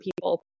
people